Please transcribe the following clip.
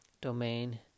domain